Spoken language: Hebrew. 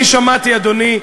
אני שמעתי, אדוני,